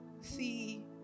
see